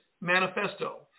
Manifesto